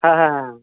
ᱦᱟᱸ ᱦᱟᱸ ᱦᱟᱸ